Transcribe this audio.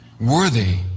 worthy